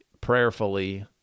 prayerfully